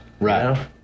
Right